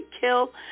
kill